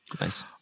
nice